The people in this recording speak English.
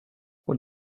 what